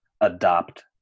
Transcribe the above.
adopt